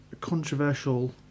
controversial